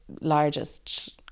largest